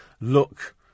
look